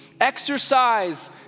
exercise